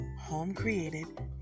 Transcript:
home-created